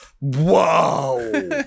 whoa